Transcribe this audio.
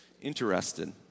interested